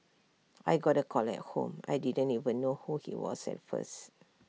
I got A call at home I didn't even know who he was at first